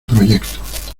proyecto